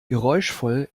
geräuschvoll